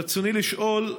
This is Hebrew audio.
רצוני לשאול: